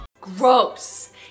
gross